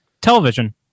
television